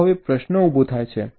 તો હવે પ્રશ્ન ઉભો થાય છે